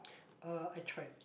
uh I tried